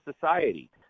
society